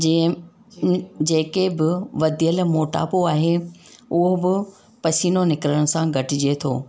जीअं जेके बि वधियलु मोटापो आहे उहो बि पसीनो निकिरण सां घटिजे थो